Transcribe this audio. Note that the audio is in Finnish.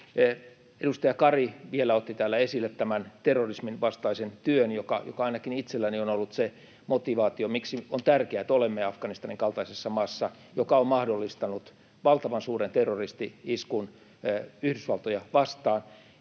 Edustaja Kari vielä otti esille tämän terrorismin vastaisen työn, joka ainakin itselläni on ollut se motivaatio, miksi on tärkeää, että olemme Afganistanin kaltaisessa maassa, joka on mahdollistanut valtavan suuren terroristi-iskun Yhdysvaltoja vastaan